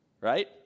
right